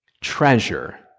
treasure